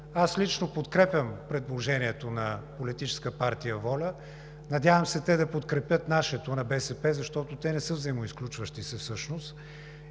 аз лично подкрепям предложението на Политическа партия ВОЛЯ и се надявам те да подкрепят нашето – на БСП, защото не са взаимоизключващи се всъщност.